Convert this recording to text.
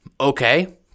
Okay